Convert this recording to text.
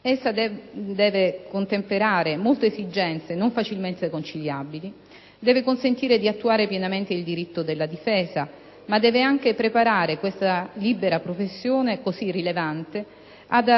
Essa deve contemperare molte esigenze non facilmente conciliabili: deve consentire di attuare pienamente il diritto alla difesa, ma deve anche preparare questa libera professione, così rilevante, ad